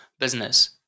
Business